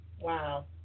wow